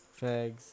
Fags